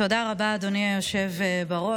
תודה רבה, אדוני היושב בראש.